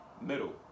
middle